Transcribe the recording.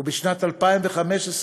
ובשנת 2015,